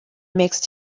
mixed